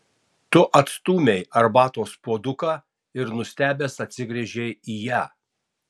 tu atstūmei arbatos puoduką ir nustebęs atsigręžei į ją